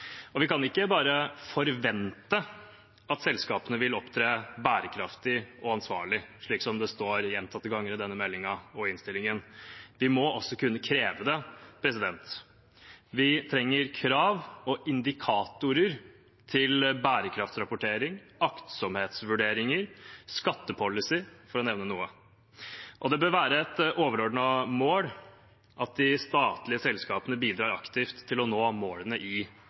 Vi kan ikke bare forvente at selskapene vil opptre bærekraftig og ansvarlig, slik som det står gjentatte ganger i meldingen og i innstillingen. Vi må også kunne kreve det. Vi trenger krav og indikatorer til bærekraftsrapportering, aktsomhetsvurderinger, skattepolicy, for å nevne noe. Det bør være et overordnet mål at de statlige selskapene bidrar aktivt til å nå målene i